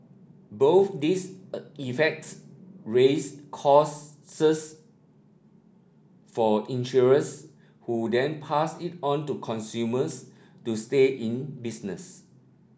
both these effects raise costs for insurers who then pass it on to consumers to stay in business